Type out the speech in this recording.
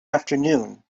afternoon